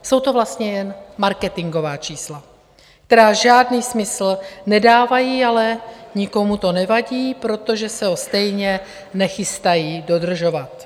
Jsou to vlastně jen marketingová čísla, která žádný smysl nedávají, ale nikomu to nevadí, protože se ho stejně nechystají dodržovat.